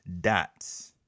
Dots